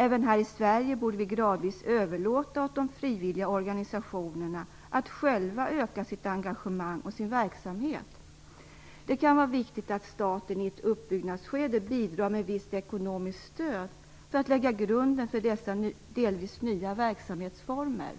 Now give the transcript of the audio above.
Även här i Sverige borde vi gradvis överlåta åt de frivilliga organisationerna att själva öka sitt engagemang och sin verksamhet. Det kan vara viktigt att staten i ett uppbyggnadsskede bidrar med visst ekonomiskt stöd för att lägga grunden för dessa delvis nya verksamhetsformer.